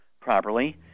properly